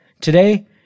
Today